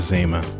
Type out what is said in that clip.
Zima